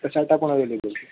cassata પણ available છે